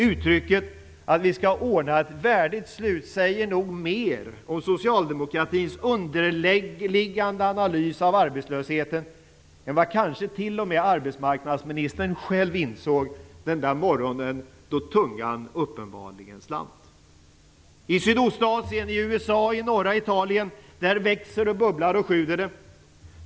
Uttrycket att vi skall ordna ett värdigt slut säger nog mer om socialdemokratins underliggande analys av arbetslösheten än vad arbetsmarknadsministern kanske själv insåg den där morgonen då tungan uppenbarligen slant. I Sydostasien, i USA och i norra Italien växer, bubblar och sjuder det.